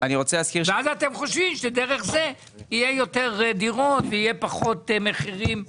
ואז אתם חושבים שדרך זה יהיו יותר דירות ומחירים פחות גבוהים,